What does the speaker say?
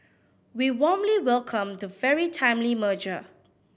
we warmly welcome the very timely merger